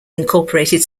incorporated